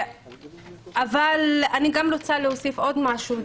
אבל אני רוצה להוסיף עוד משהו.